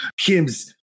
Kims